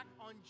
on